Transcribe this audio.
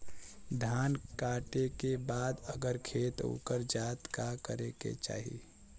धान कांटेके बाद अगर खेत उकर जात का करे के चाही?